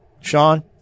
Sean